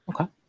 Okay